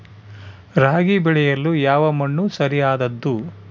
ರಾಗಿ ಬೆಳೆಯಲು ಯಾವ ಮಣ್ಣು ಸರಿಯಾದದ್ದು?